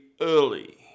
early